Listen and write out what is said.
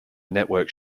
network